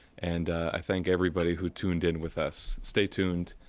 and i thank everybody who tuned in with us. stay tuned,